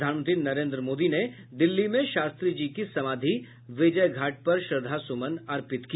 प्रधानमंत्री नरेंद्र मोदी ने दिल्ली में शास्त्री जी की समाधि विजयघाट पर श्रद्धासुमन अर्पित किया